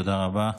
תודה רבה.